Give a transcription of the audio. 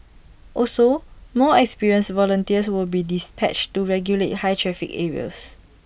also more experienced volunteers will be dispatched to regulate high traffic areas